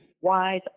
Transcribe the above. wise